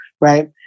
Right